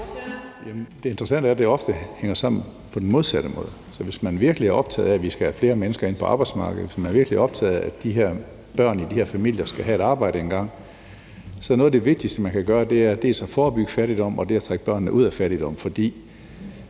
Det interessante er, at det ofte hænger sammen på den modsatte måde. Så hvis man virkelig er optaget af, at vi skal have flere mennesker ind på arbejdsmarkedet, og hvis man virkelig er optaget af, at de her børn i de her familier skal have et arbejde engang, så er noget af det vigtigste, man kan gøre, at forebygge fattigdom og trække børnene ud af fattigdom. For